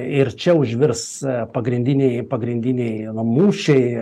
ir čia užvirs pagrindiniai pagrindiniai mūšiai